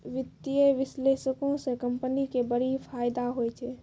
वित्तीय विश्लेषको से कंपनी के बड़ी फायदा होय छै